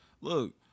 Look